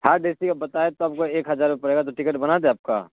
third A C کا بتایا توپ کو ایک ہزار روپے کا پڑے گا تو ٹکٹ بنا دیں آپ کا